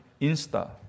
Insta